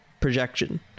projection